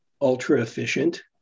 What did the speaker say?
ultra-efficient